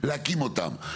להקים אותם.